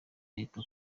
leta